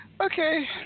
Okay